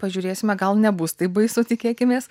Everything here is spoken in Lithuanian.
pažiūrėsime gal nebus taip baisu tikėkimės